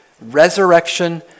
resurrection